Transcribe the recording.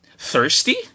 Thirsty